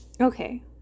okay